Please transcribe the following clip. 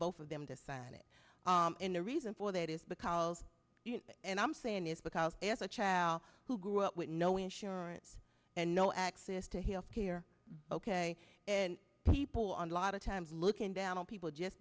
both of them to sign it in the reason for that is because and i'm saying this because as a child who grew up with no insurance and no access to health care ok and people on a lot of times looking down on people just